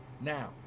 Now